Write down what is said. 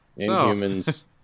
Inhumans